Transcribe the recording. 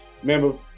remember